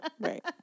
Right